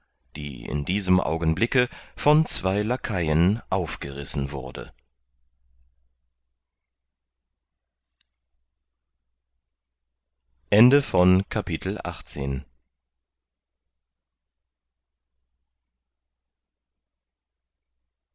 die in diesem augenblicke von zwei lakaien aufgerissen wurde